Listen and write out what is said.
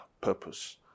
purpose